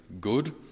good